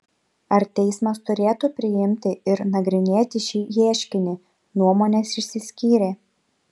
ar teismas turėtų priimti ir nagrinėti šį ieškinį nuomonės išsiskyrė